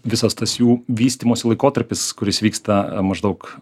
visas tas jų vystymosi laikotarpis kuris vyksta maždaug